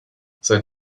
sein